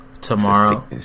tomorrow